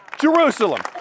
Jerusalem